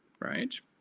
right